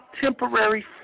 temporary